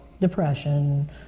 depression